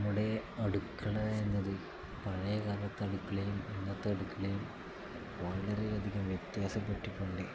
നമ്മുടെ അടുക്കള എന്നത് പഴയ കാലത്തെ അടുക്കളയും ഇന്നത്തെ അടുക്കളയും വളരെയധികം വ്യത്യാസപ്പെട്ടിട്ടുണ്ട്